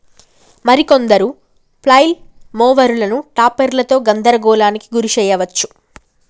మరి కొందరు ఫ్లైల్ మోవరులను టాపెర్లతో గందరగోళానికి గురి శెయ్యవచ్చు